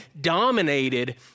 dominated